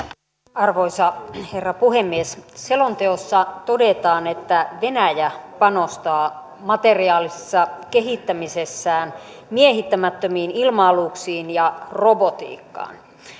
arvoisa herra puhemies selonteossa todetaan että venäjä panostaa materiaalisessa kehittämisessään miehittämättömiin ilma aluksiin ja robotiikkaan